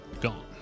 gone